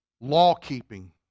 law-keeping